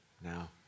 Now